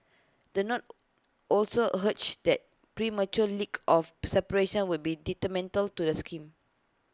the note also urged that premature leak of separation would be detrimental to the scheme